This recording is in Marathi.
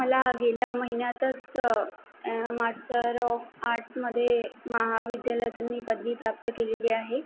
मला गेल्या महिन्यातच मास्टर ऑफ आर्ट्समधे महाविद्यालयातून मी पदवी प्राप्त केलेली आहे